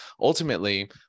ultimately